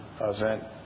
event